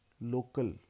local